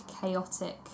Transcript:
chaotic